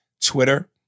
Twitter